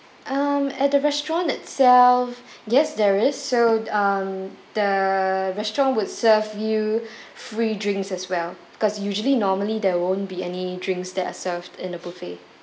um at the restaurant itself yes there is so um the restaurant would serve you free drinks as well because usually normally there won't be any drinks that are served in a buffet